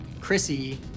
Chrissy